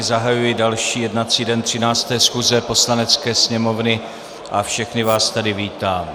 Zahajuji další jednací den 13. schůze Poslanecké sněmovny a všechny vás tady vítám.